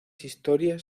historias